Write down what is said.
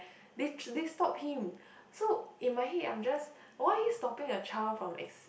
they tr~ they stop him so in my head I'm just why are you stopping a child from ex~